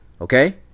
Okay